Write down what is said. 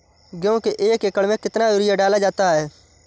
गेहूँ के एक एकड़ में कितना यूरिया डाला जाता है?